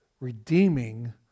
redeeming